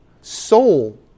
soul